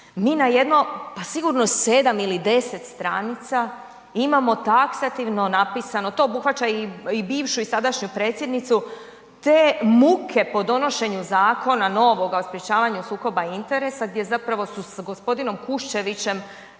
mi na jedno pa sigurno 7 ili 10 stranica imamo taksativno napisano, to obuhvaća i bivšu i sadašnju predsjednicu, te muke po donošenju zakona novoga o sprječavanju sukoba interesa gdje zapravo su sa gospodinom Kuščevićem